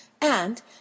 And